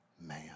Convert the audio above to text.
man